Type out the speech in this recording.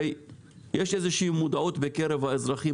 הרי יש עכשיו איזושהי מודעות בקרב האזרחים,